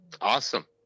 Awesome